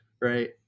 right